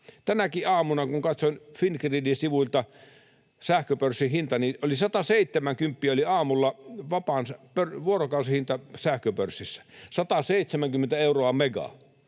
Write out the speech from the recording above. Tänäkin aamuna kun katsoin Fingridin sivuilta sähköpörssin hintaa, niin 170 euroa mega oli aamulla vuorokausihinta sähköpörssissä, kun kevätaamuna,